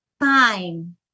time